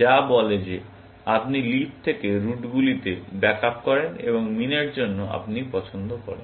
যা বলে যে আপনি লিফ থেকে রুটগুলিতে ব্যাক আপ করেন এবং মিন এর জন্য আপনি পছন্দ করেন